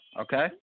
Okay